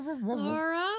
Laura